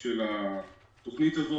של התוכנית הזאת,